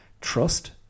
trust